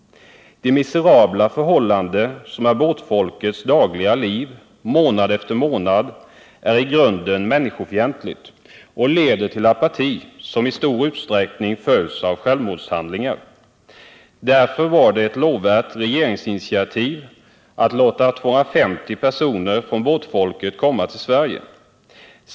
De miserabla förhållanden som är båtfolkets dagliga liv månad efter månad är i grunden människofientliga och leder till apati, som i stor utsträckning följs av självmordshandlingar. Därför var det ett lovvärt regeringsinitiativ att låta 250 personer av båtfolket komma till Sverige.